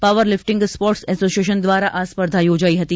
power lifting sports association દ્વારા આ સ્પર્ધા યોજાઈ હતી